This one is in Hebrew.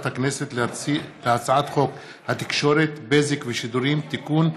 הכנסת להצעת חוק התקשורת (בזק ושידורים תיקון,